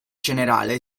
generale